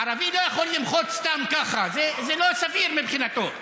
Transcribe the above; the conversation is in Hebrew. ערבי לא יכול למחות סתם ככה, זה לא סביר מבחינתו.